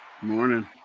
Morning